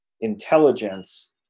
intelligence